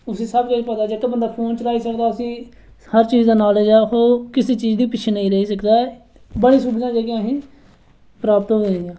उसी सब किश पता जेह्के फोन चलाई सकदा उसी हर चीज दा नालेज ऐ किसी चीज दा पिच्छे नेईं रेही सकने बड़ी सुविधा जेह्ड़ियां असेंई प्राप्त होइ दियां न